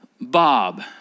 bob